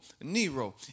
Nero